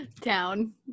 Town